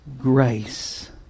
grace